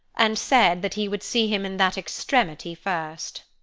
and said that he would see him in that extremity first.